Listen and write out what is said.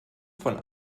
von